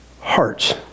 hearts